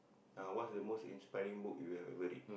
ah what's the most inspiring book you have ever read